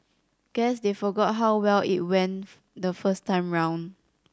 guess they forgot how well it went the first time round